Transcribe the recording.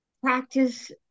practice